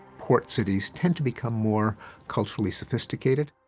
port cities tend to become more culturally sophisticated.